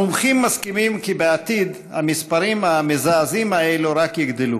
המומחים מסכימים כי בעתיד המספרים המזעזעים האלה רק יגדלו.